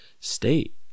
state